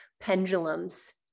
pendulums